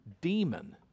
demon